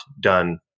done